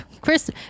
Chris